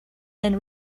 then